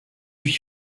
huit